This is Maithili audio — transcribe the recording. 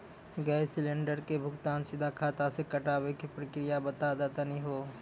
गैस सिलेंडर के भुगतान सीधा खाता से कटावे के प्रक्रिया बता दा तनी हो?